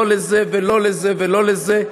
לא לזה ולא לזה ולא לזה,